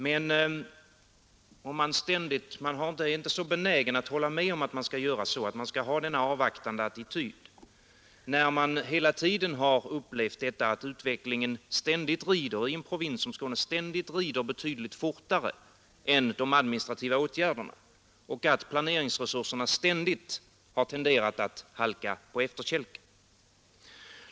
Men man är inte så benägen att hålla med om att vi bör inta denna avvaktande attityd när man hela tiden har upplevt att utvecklingen i en provins som Skåne ständigt rider betydligt fortare än de administrativa åtgärderna och att planeringsresurserna ständigt tenderar att komma på efterkälken.